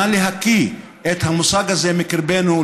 נא להקיא את המושג הזה מקרבנו,